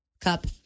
cup